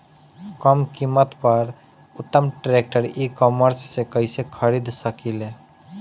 कम कीमत पर उत्तम ट्रैक्टर ई कॉमर्स से कइसे खरीद सकिले?